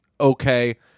okay